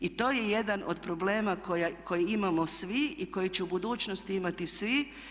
I to je jedan od problema koji imamo svi i koji će u budućnosti imati svi.